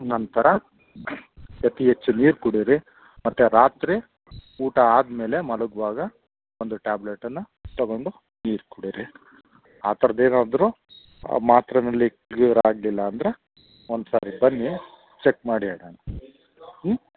ನಂತರ ಅತಿ ಹೆಚ್ಚು ನೀರು ಕುಡೀರಿ ಮತ್ತು ರಾತ್ರಿ ಊಟ ಆದಮೇಲೆ ಮಲಗುವಾಗ ಒಂದು ಟ್ಯಾಬ್ಲೆಟನ್ನು ತಗೊಂಡು ನೀರು ಕುಡೀರಿ ಆ ಥರದ್ ಏನಾದರೂ ಮಾತ್ರೆಯಲ್ಲಿ ಕ್ಲಿಯರ್ ಆಗಲಿಲ್ಲ ಅಂದರೆ ಒಂದು ಸರಿ ಬನ್ನಿ ಚೆಕ್ ಮಾಡಿ ಹೇಳೋಣ ಹ್ಞೂ